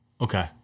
Okay